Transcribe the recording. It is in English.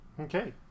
Okay